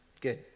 Good